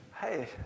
hey